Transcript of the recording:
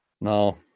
Now